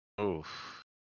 Oof